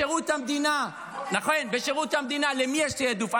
בשירות המדינה, למי יש תיעדוף?